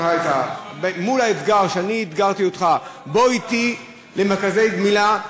שהייתה מול האתגר שאני אתגרתי אותך: בוא אתי למרכזי גמילה.